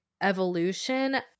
evolution